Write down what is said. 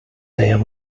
there